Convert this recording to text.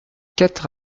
quatre